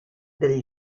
del